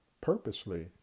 Purposely